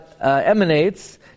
emanates